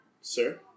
Sir